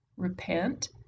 repent